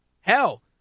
Hell